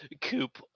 Coop